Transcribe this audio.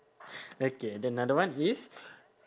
okay then another one is